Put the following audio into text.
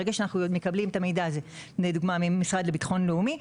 ברגע שאנחנו מקבלים את המידע הזה לדוגמה מהמשרד לביטחון לאומי,